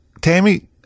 Tammy